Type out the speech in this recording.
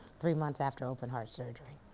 three months after open heart surgery.